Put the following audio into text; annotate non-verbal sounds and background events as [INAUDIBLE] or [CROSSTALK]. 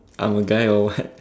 I'm a guy or what [LAUGHS]